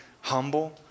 humble